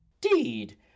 Deed